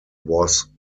was